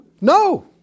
no